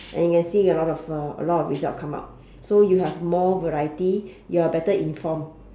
and can see a lot uh a lot of result come out so you have more variety you are better informed